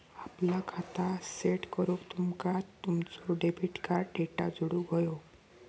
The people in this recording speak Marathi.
आपला खाता सेट करूक तुमका तुमचो डेबिट कार्ड डेटा जोडुक व्हयो